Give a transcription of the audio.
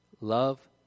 love